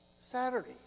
Saturday